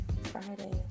Friday